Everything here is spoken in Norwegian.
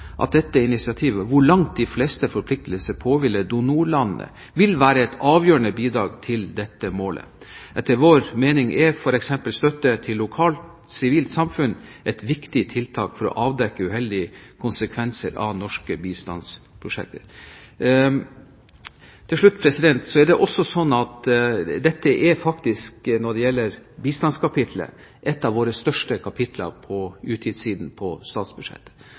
at dette initiativet, hvor langt de fleste forpliktelsene påhviler donorland, vil være et avgjørende bidrag til dette målet. Etter vår mening er f.eks. støtte til lokalt sivilt samfunn et viktig tiltak for å avdekke uheldige konsekvenser av norske bistandsprosjekter. Til slutt: Det er også sånn at bistandskapitlet faktisk er et av de største kapitler på utgiftssiden på statsbudsjettet,